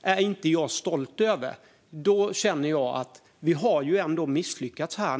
är jag inte stolt över. Då känner jag att vi har misslyckats här.